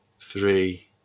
three